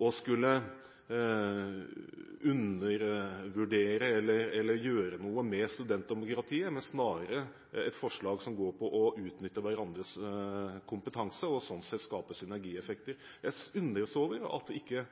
å skulle undervurdere eller gjøre noe med studentdemokratiet, men er snarere et forslag som går på å utnytte hverandres kompetanse, og slik sett skape synergieffekter. Jeg undres over at ikke